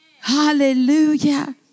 hallelujah